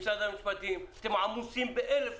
בדיון הקודם הזכרתי שבסעיף 36 לחוק המידע הפלילי,